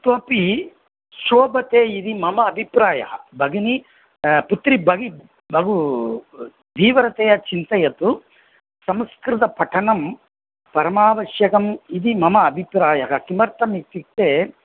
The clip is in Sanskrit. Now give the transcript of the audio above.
इतोपि शोभते इति मम अभिप्रायः भगिनी पुत्री भगि बहु तीव्रतया चिन्तयतु संस्कृतपठनं परमावश्यकम् इति मम अभिप्रायः किमर्थमित्युक्ते